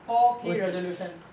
four K resolution